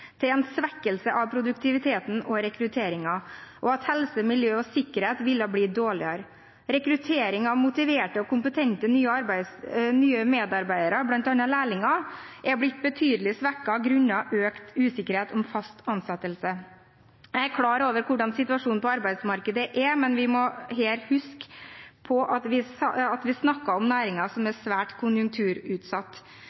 til en svekkelse av produktiviteten og rekrutteringen, og at helse, miljø og sikkerhet ville bli dårligere. Rekruttering av motiverte og kompetente nye medarbeidere, bl.a. lærlinger, er blitt betydelig svekket grunnet økt usikkerhet om fast ansettelse. Jeg er klar over hvordan situasjonen på arbeidsmarkedet er, men vi må her huske på at vi snakker om næringer som